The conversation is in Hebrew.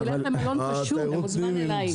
תלך למלון פשוט, אתה מוזמן אליי.